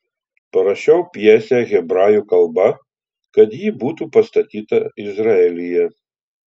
parašiau pjesę hebrajų kalba kad ji būtų pastatyta izraelyje